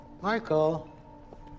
Michael